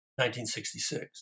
1966